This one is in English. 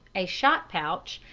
a shot-pouch,